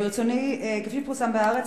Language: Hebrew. כפי שפורסם ב"הארץ",